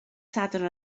sadwrn